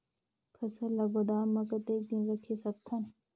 फसल ला गोदाम मां कतेक दिन रखे सकथन?